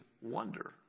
wonder